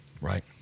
right